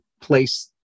place